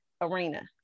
arena